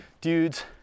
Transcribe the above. dudes